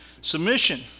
Submission